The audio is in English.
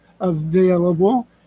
available